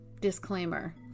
disclaimer